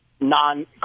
Non